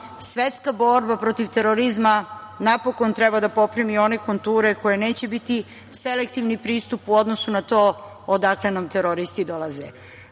svetska borba protiv terorizma napokon treba da poprimi one konture koje neće biti selektivni pristup u odnosu na to odakle nam teroristi dolaze. Ono